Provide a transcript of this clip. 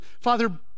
Father